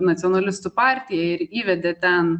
nacionalistų partija ir įvedė ten